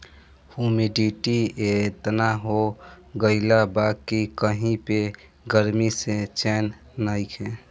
humidity एतना हो गइल बा कि कही पे गरमी से चैन नइखे